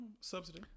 Subsidy